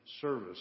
service